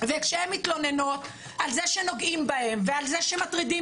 וכשהן מתלוננות על זה שנוגעים בהן ועל זה שמטרידים